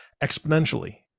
exponentially